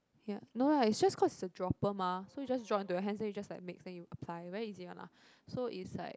ya no ah just cause it's a dropper mah so you just drop into your hands then you just like mix and you apply very easy one ah so it's like